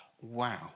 wow